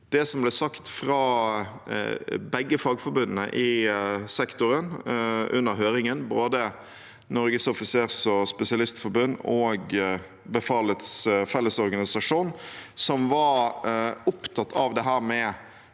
det som ble sagt fra begge fagforbundene i sektoren under høringen, både Norges offisers- og spesialistforbund og Befalets Fellesorganisasjon. De var opptatt av hvor